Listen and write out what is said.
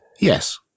yes